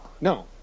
no